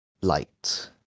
light